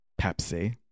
Pepsi